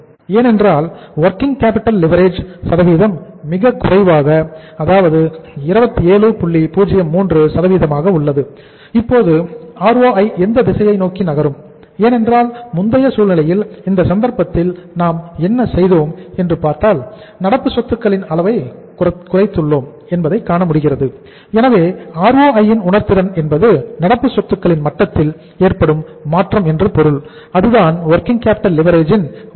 ஏனென்றால் working capital leverage ன் வரையறை